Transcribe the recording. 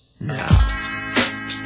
now